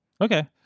Okay